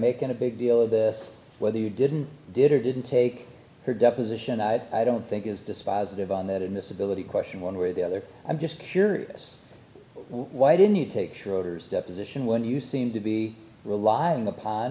making a big deal of this whether you didn't did or didn't take her deposition i don't think is dispositive on that in this ability question one way or the other i'm just curious why didn't you take her orders deposition when you seem to be relying upon